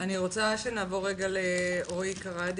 אני רוצה שנעבור לרועי קרדי